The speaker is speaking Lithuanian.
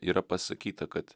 yra pasakyta kad